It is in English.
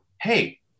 hey